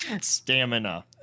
Stamina